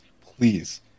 please